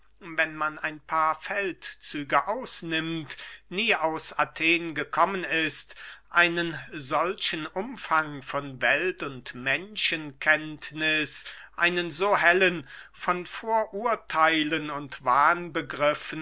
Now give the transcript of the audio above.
wenn man ein paar feldzüge ausnimmt nie aus athen gekommen ist einen solchen umfang von welt und menschenkenntniß einen so hellen von vorurtheilen und